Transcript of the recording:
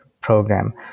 program